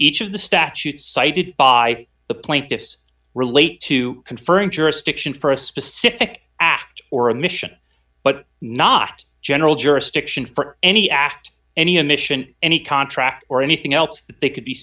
each of the statutes cited by the plaintiffs relate to conferring jurisdiction for a specific act or a mission but not general jurisdiction for any act any admission any contract or anything else that they could be